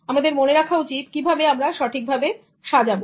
আমাদেরকে মনে রাখা উচিত কিভাবে আমরা সঠিক ভাবে সাজাবো